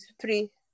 three